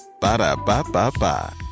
Ba-da-ba-ba-ba